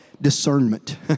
discernment